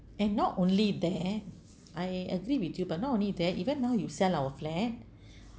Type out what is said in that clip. and not only that I agree with you but not only that even now you sell our flat